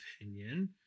opinion